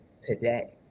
today